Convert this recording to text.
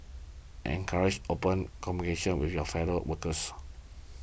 encourage open with your fellow workers